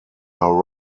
are